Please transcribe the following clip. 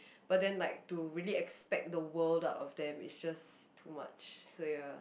but then like to really expect the world out of them is just too much so ya